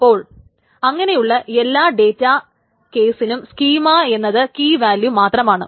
അപ്പോൾ അങ്ങനെയുള്ള എല്ലാ ഡേറ്റാ കേസിനും സ്കീമാ എന്നത് കീ വാല്യൂ മാത്രമാണ്